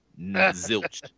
Zilch